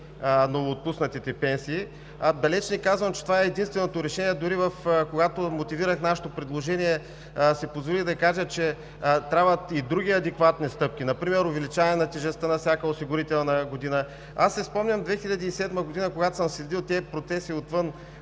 новоотпуснатите пенсии. Далеч не казвам, че това е единственото решение. Дори когато мотивирах нашето предложение си позволих да кажа, че трябват и други адекватни стъпки, например увеличаване на тежестта на всяка осигурителна година. Аз си спомням в 2007 г., когато съм следил тези процеси вън